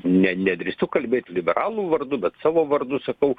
ne nedrįstu kalbėt liberalų vardu bet savo vardu sakau